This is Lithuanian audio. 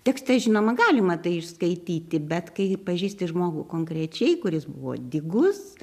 tekste žinoma galima tai išskaityti bet kai pažįsti žmogų konkrečiai kuris buvo dygus